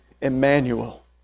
Emmanuel